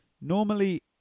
normally